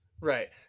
Right